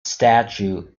statue